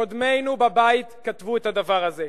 קודמינו בבית כתבו את הדבר הזה.